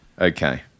Okay